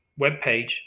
webpage